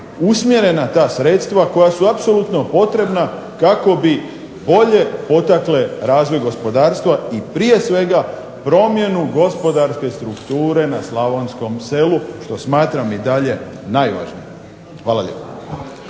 usmjerena ta sredstva, koja su apsolutno potrebna kako bi bolje potakle razvoj gospodarstva i prije svega promjenu gospodarske strukture na slavonskom selu, što smatram i dalje najvažnijim. Hvala lijepa.